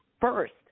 first